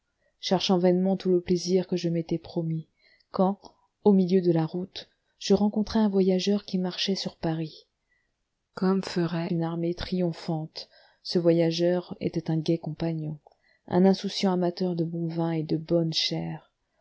cherchant vainement tout le plaisir que je m'étais promis quand au milieu de la route je rencontrai un voyageur qui marchait sur paris comme ferait une armée triomphante ce voyageur était un gai compagnon un insouciant amateur de bon vin et de bonne chère